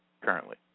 currently